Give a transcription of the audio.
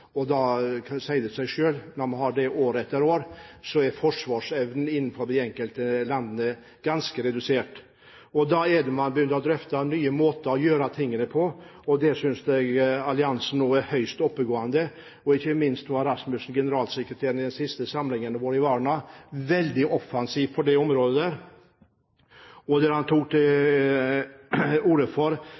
Da sier det seg selv, når man må gjøre det år etter år, at forsvarsevnen innenfor de enkelte landene er ganske redusert. Da begynner man å drøfte nye måter å gjøre tingene på, og der synes jeg alliansen er høyst oppegående. Ikke minst Fogh Rasmussen, generalsekretæren, var i den siste samlingen i Varna veldig offensiv på det området. Han tok til orde for